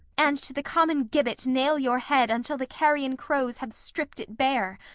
and to the common gibbet nail your head until the carrion crows have stripped it bare.